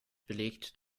belegt